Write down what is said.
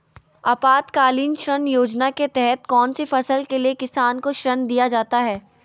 आपातकालीन ऋण योजना के तहत कौन सी फसल के लिए किसान को ऋण दीया जाता है?